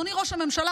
אדוני ראש הממשלה,